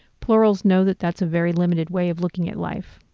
plurals know that that's a very limited way of looking at life.